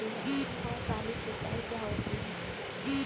बौछारी सिंचाई क्या होती है?